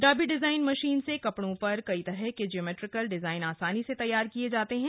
डाबी design मशीन से कपड़ों पर कई तरह के ज्योमेट्रिकल डिजायन आसानी से तैयार किए जाते हैं